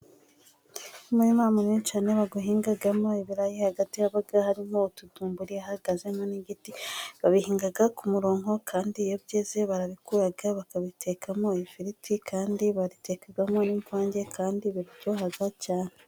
Umurima abantu benshi cyane bawuhingamo ibirayi hagati yabaga harimo utudumburi hahagazemo n'ibiti . Babihinga ku murongo kandi iyo byeze barabikura bakabitekamo ifiriti kandi babitekamo n' imvange kandi biryoha cyane.